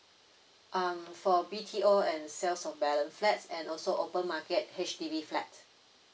um for B_T_O and sales of balance flats and also open market H_D_B flat